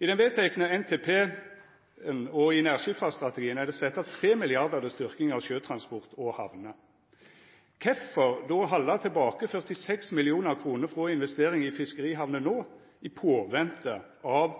I den vedtekne NTP-en og i nærskipsfartsstrategien er det sett av 3 mrd. kr til styrking av sjøtransport og hamner. Kvifor held ein då tilbake 46 mill. kr til investeringar i fiskerihamner no i påvente av